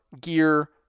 gear